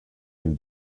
dem